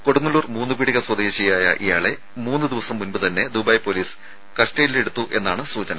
കൊടുങ്ങല്ലൂർ മൂന്നുപീടിക സ്വദേശിയായ ഇയാളെ മൂന്നുദിവസം മുമ്പുതന്നെ ദുബായ് പൊലീസ് കസ്റ്റഡിയിലെടുത്തുവെന്നാണ് സൂചന